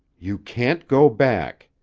you can't go back,